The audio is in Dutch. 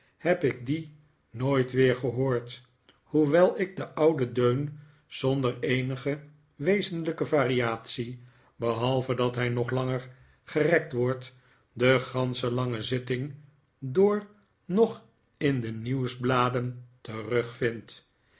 heb ik die nooit weef gehoord hoewel ik den ouden deun zonder eenige wezenlijke variatie behalve dat hij nop langer gerekt wordt de gansche lange zitting door nog in de nieuwsbladen terugvind